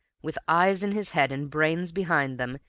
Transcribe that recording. with eyes in his head and brains behind them,